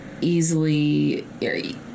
easily